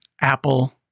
Apple